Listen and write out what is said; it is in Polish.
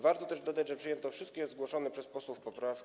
Warto też dodać, że przyjęto wszystkie zgłoszone przez posłów poprawki.